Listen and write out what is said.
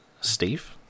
Steve